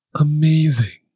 amazing